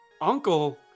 Uncle